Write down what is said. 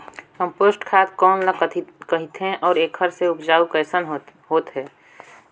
Compost खाद कौन ल कहिथे अउ एखर से उपजाऊ कैसन होत हे?